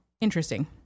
interesting